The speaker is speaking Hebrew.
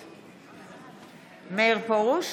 בהצבעה מאיר פרוש,